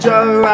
Joe